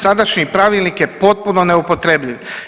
Sadašnji pravilnik je potpuno neupotrebljiv.